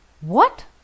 What